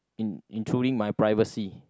in intruding my privacy